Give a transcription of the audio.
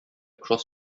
cross